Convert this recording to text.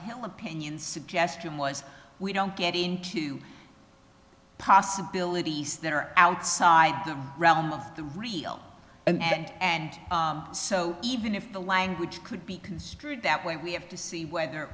hill opinion suggestion was we don't get into possibilities that are outside the realm of the real and and so even if the language could be construed that way we have to see whether